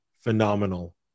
phenomenal